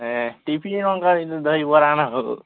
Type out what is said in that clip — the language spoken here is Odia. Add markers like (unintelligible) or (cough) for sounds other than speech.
ଏ (unintelligible) ଦହିବରାନ ହୋ